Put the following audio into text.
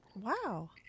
Wow